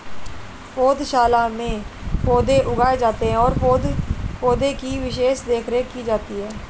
पौधशाला में पौधे उगाए जाते हैं और पौधे की विशेष देखरेख की जाती है